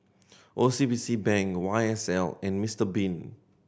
O C B C Bank Y S L and Mister Bean